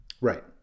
Right